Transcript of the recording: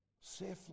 Safely